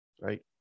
right